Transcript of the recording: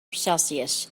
celsius